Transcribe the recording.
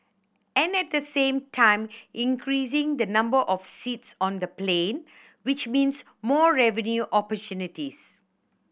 and at the same time increasing the number of seats on the plane which means more revenue opportunities